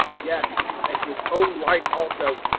yes and his own life also,